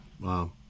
Wow